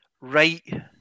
right